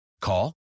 Call